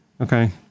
okay